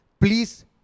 please